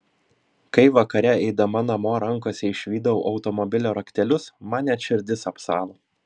kai vakare eidama namo rankose išvydau automobilio raktelius man net širdis apsalo